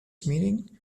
meeting